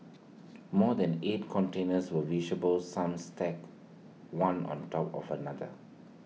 more than eight containers were visible some stacked one on top of another